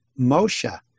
Moshe